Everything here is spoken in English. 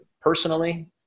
personally